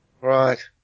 Right